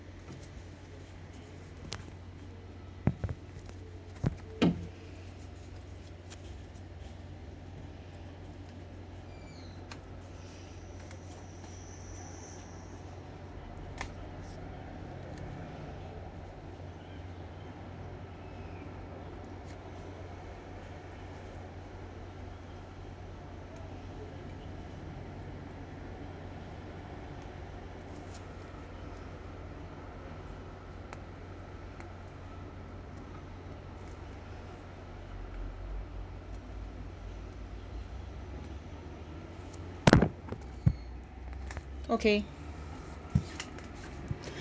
okay